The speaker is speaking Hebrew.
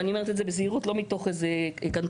ואני אומרת את זה בזהירות ולא מתוך איזו קנטרנות,